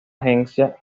agencia